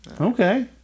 Okay